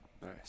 Nice